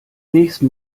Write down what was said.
nächsten